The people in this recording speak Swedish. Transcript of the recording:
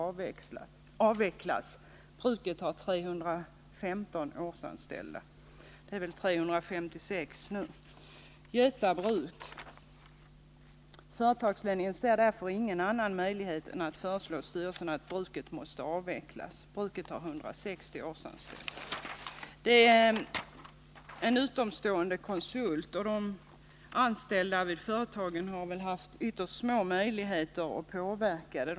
Det är nu 356 årsanställda. ”Företagsledningen ser därför ingen annan möjlighet än att föreslå 1 styrelsen att bruket måste avvecklas. Det är en utomstående konsult som gjort dessa bedömningar, och de anställda vid företagen har väl haft ytterst små möjligheter att påverka dem.